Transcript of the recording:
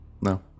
No